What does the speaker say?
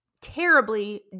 terribly